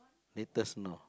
latest no